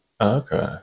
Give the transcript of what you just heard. Okay